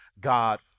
God